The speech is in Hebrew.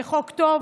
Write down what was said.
זה חוק טוב